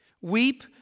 weep